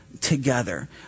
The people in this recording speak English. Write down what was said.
together